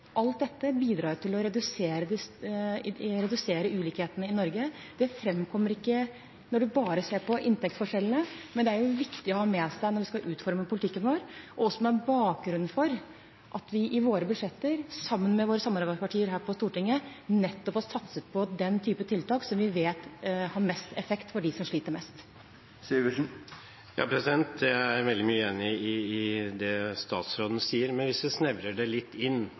Alt dette bidrar til å redusere ulikhetene i Norge. Det framkommer ikke når en bare ser på inntektsforskjellene, men det er viktig å ha med seg når vi skal utforme politikken vår, og det er bakgrunnen for at vi i våre budsjetter, sammen med våre samarbeidspartier her på Stortinget, nettopp har satset på den typen tiltak som vi vet har mest effekt for dem som sliter mest. Jeg er enig i veldig mye av det statsråden sier. Men hvis en snevrer det litt inn: